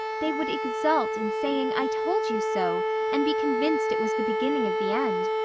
they would exult in saying i told you so and be convinced it was the beginning of the end.